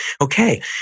okay